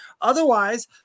otherwise